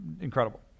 incredible